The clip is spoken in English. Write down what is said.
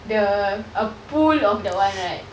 the a pool of that one right